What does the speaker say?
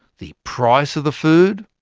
the price of the food,